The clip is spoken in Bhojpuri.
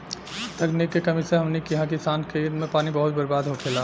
तकनीक के कमी से हमनी किहा किसान के खेत मे पानी बहुत बर्बाद होखेला